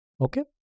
Okay